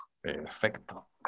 Perfecto